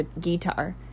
guitar